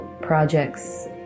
Projects